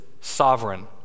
sovereign